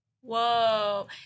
whoa